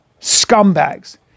scumbags